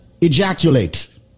ejaculate